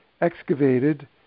excavated